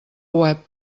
web